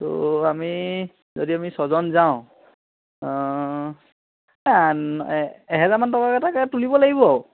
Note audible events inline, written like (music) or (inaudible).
ত' আমি যদি আমি ছয়জন যাওঁ (unintelligible) এহেজাৰ মান টকা এটাকে তুলিব লাগিব